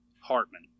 Hartman